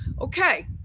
okay